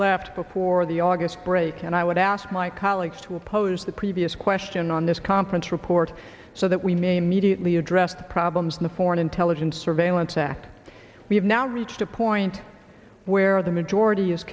left before the august break and i would ask my colleagues to oppose the previous question on this conference report so that we may mediately addressed problems in the foreign intelligence surveillance act we have now reached a point where the majority is